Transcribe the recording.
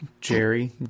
Jerry